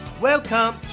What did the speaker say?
welcome